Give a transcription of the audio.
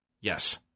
yes